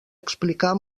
explicar